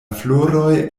floroj